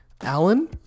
Alan